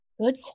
Good